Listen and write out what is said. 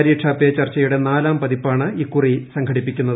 പരീക്ഷ പേ ചർച്ചയുടെ നാലാം പതിപ്പാണ് ഇക്കുറി സംഘടിപ്പിക്കുന്നത്